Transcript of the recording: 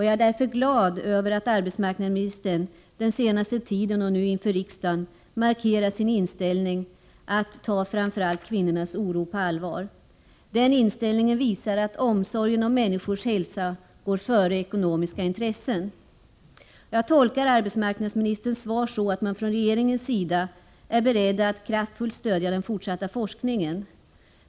Jag är därför glad över att arbetsmarknadsministern den senaste tiden, och nu inför riksdagen, markerat sin inställning, att ta framför allt kvinnornas oro på allvar. Inställningen visar att omsorgen om människors hälsa går före ekonomiska intressen. Jag tolkar arbetsmarknadsministerns svar så, att man från regeringens sida är beredd att kraftfullt stödja den fortsatt forskningen.